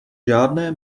žádné